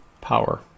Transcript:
power